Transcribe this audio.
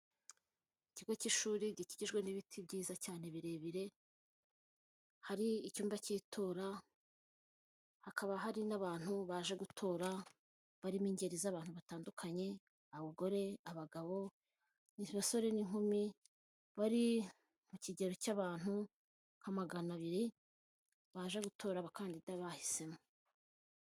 Ikigo cy'ishuri gikikijwe n'ibiti byiza cyane birebire, hari icyumba cy'itora hakaba hari n'abantu baje gutora, barimo ingeri z'abantu batandukanye abagore abagabo, abasore n'inkumi bari mu kigero cy'abantu nka magana abiri baje gutora abakandida bahisemo.